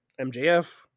mjf